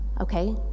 Okay